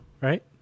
right